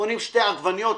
קונים שתי עגבניות,